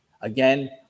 again